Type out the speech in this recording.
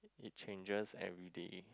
it changes everyday